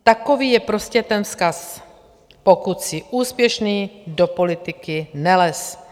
Takový je prostě ten vzkaz: Pokud jsi úspěšný, do politiky nelez!